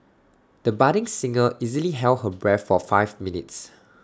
the budding singer easily held her breath for five minutes